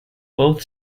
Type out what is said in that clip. both